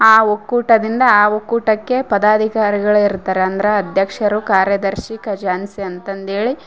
ಆ ಒಕ್ಕೂಟದಿಂದ ಆ ಒಕ್ಕೂಟಕ್ಕೆ ಪದಾಧಿಕಾರಿಗಳಿರ್ತಾರೆ ಅಂದ್ರ ಅಧ್ಯಕ್ಷರು ಕಾರ್ಯದರ್ಶಿ ಖಜಾಂಚಿ ಅಂತಂದೇಳಿ